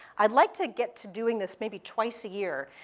i'd like to get to doing this maybe twice a year.